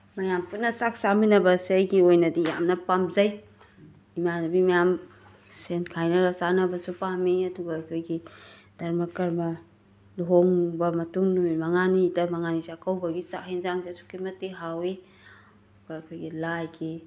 ꯃꯌꯥꯝ ꯄꯨꯟꯅ ꯆꯥꯛ ꯆꯥꯃꯤꯟꯅꯕ ꯑꯁꯦ ꯑꯩꯒꯤ ꯑꯣꯏꯅꯗꯤ ꯌꯥꯝꯏ ꯄꯥꯝꯖꯩ ꯏꯃꯥꯟꯅꯕꯤ ꯃꯌꯥꯝ ꯁꯦꯟ ꯈꯥꯏꯅꯔꯒ ꯆꯥꯅꯕꯁꯨ ꯄꯥꯝꯃꯤ ꯑꯗꯨꯒ ꯑꯩꯈꯣꯏꯒꯤ ꯙꯔꯃ ꯀꯔꯃ ꯂꯨꯍꯣꯡꯕ ꯃꯇꯨꯡ ꯅꯨꯃꯤꯠ ꯃꯉꯥꯅꯤꯗ ꯃꯉꯥꯅꯤ ꯆꯥꯛꯀꯧꯕꯒꯤ ꯆꯥꯛ ꯏꯟꯖꯥꯡꯁꯦ ꯑꯁꯨꯛꯀꯤ ꯃꯇꯤꯛ ꯍꯥꯎꯋꯤ ꯑꯩꯈꯣꯏꯒꯤ ꯂꯥꯏꯒꯤ